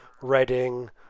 Reading